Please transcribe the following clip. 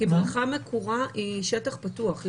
כי בריכה מקורה היא שטח פתוח.